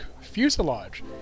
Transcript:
Fuselage